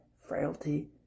frailty